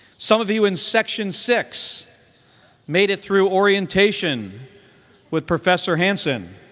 some of you in section six made it through orientation with professor hanson